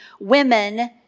women